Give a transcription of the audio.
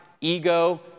ego